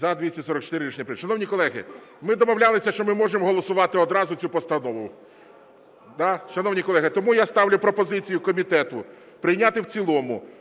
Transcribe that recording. За-244 Рішення прийнято. Шановні колеги, ми домовлялися, що ми можемо голосувати одразу цю постанову. Да? Шановні колеги, тому я ставлю пропозицію комітету прийняти в цілому